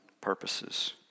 purposes